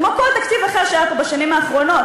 כמו כל תקציב אחר שהיה פה בשנים האחרונות,